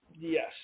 Yes